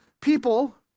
people